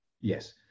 Yes